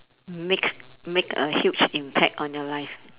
makes make a huge impact on your life